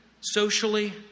socially